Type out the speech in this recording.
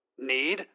Need